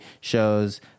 shows